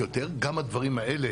הדברים האלה